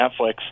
Netflix